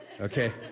okay